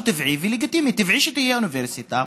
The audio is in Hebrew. טבעי ולגיטימי: טבעי שתהיה אוניברסיטה,